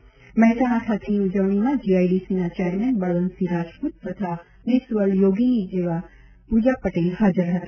જયારે મહેસાણા ખાતેની ઉજવણીમાં જીઆઈડીસીના ચેરમેન બળવંતસિંહ રાજપૂત તથા મિસ વર્લ્ડ યોગિની એવા પૂજા પટેલ હાજર હતા